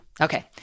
Okay